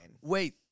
Wait